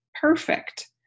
perfect